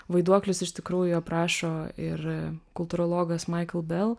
vaiduoklius iš tikrųjų aprašo ir kultūrologas maikl bel